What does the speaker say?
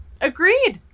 agreed